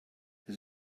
his